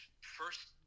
first